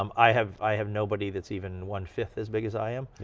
um i have i have nobody that's even one fifth as big as i am,